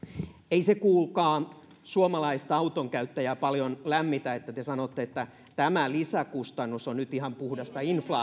ei se kuulkaa suomalaista autonkäyttäjää paljon lämmitä että te sanotte että tämä lisäkustannus on nyt ihan puhdasta inflaatiokorotusta